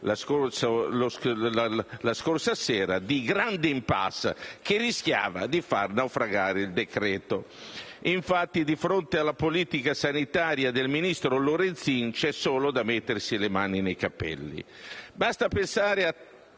una situazione di impasse che rischiava di far naufragare il decreto. Infatti, di fronte alla politica sanitaria del ministro Lorenzin c'è solo da mettersi le mani nei capelli.